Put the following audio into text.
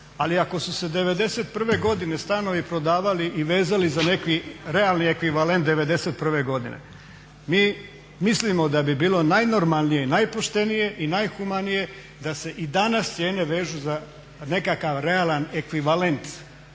ali ako su se '91. godine stanovi prodavali i vezali za neki realni ekvivalent '91. godine mi mislimo da bi bilo najnormalnije i najpoštenije i najhumanije da se i danas cijene vežu za nekakav realan ekvivalent